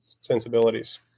sensibilities